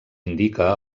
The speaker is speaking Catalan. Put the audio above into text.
indica